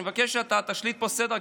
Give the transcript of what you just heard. אני מבקש שתשליט פה סדר,